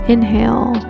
Inhale